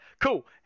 cool